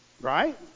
right